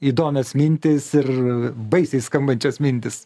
įdomios mintis ir baisiai skambančios mintys